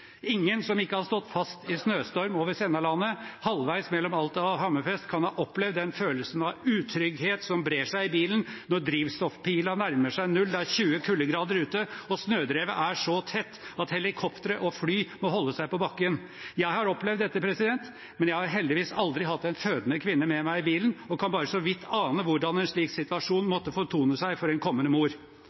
ingen representant fra Nord-Norge i Stortingets helse- og omsorgskomité. Det burde det ha gjort, for den som ikke har bodd i dette området av landet, kan ikke ha en slik følelse av hva avstand betyr for trygghet. Den som ikke har stått fast i snøstorm over Sennalandet, halvveis mellom Alta og Hammerfest, kan ikke ha opplevd den følelsen av utrygghet som brer seg i bilen når drivstoffpilen nærmer seg null, det er 20 kuldegrader ute og snødrevet er så tett at helikoptre og fly må holde seg på bakken. Jeg har opplevd dette, men jeg har heldigvis